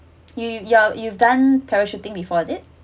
you you your you've done parachuting before is it